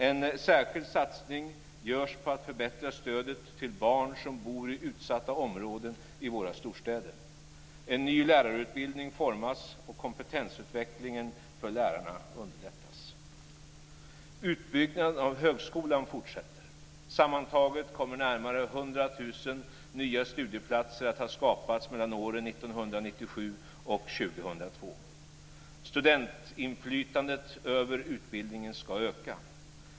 En särskild satsning görs för att förbättra stödet till barn som bor i utsatta områden i våra storstäder. En ny lärarutbildning formas, och kompetensutvecklingen för lärarna underlättas. Utbyggnaden av högskolan fortsätter. Sammantaget kommer närmare 100 000 nya studieplatser att ha skapats mellan åren 1997 och 2002. Studentinflytandet över utbildningen ska öka.